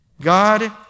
God